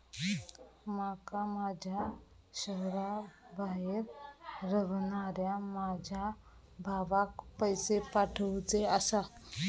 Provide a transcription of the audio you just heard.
माका माझ्या शहराबाहेर रव्हनाऱ्या माझ्या भावाक पैसे पाठवुचे आसा